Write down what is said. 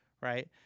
right